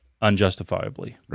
unjustifiably